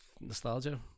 nostalgia